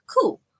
cool